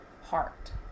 heart